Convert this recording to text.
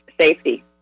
safety